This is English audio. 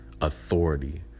authority